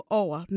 over